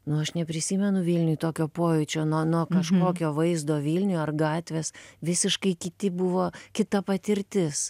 nu aš neprisimenu vilniuj tokio pojūčio nuo nuo kažkokio vaizdo vilniuj ar gatvės visiškai kiti buvo kita patirtis